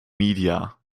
media